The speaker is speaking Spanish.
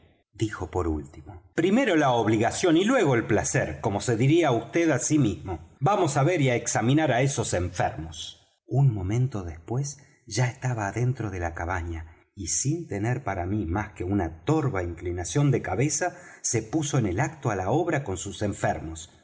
dijo por último primero la obligación y luego el placer como se diría vd á sí mismo vamos á ver y á examinar á esos enfermos un momento después ya estaba adentro de la cabaña y sin tener para mí más que una torva inclinación de cabeza se puso en el acto á la obra con sus enfermos